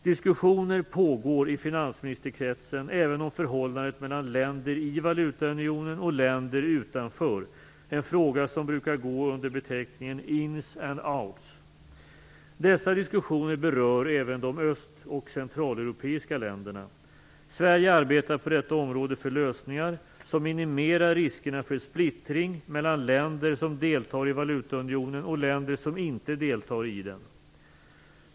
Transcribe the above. Diskussioner pågår inom finansministerkretsen även om förhållandet mellan länder i valutaunionen och länder utanför unionen - en fråga som brukar gå under beteckningen ins and outs. Dessa diskussioner berör även de öst och centraleuropeiska länderna. Sverige arbetar på detta område för lösningar som minimerar riskerna för splittring mellan länder som deltar i valutaunionen och länder som inte deltar i den.